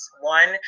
One